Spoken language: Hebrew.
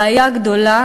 בעיה גדולה,